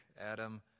Adam